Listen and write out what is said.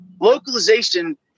Localization